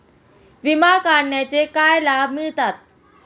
विमा काढण्याचे काय लाभ मिळतात?